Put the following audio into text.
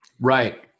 Right